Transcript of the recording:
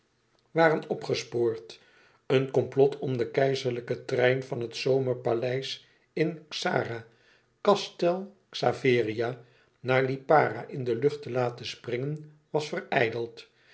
waren opgespoord een komplot om den keizerlijken trein van het zomerpaleis in xara castel xaveria naar lipara in de lucht te laten springen was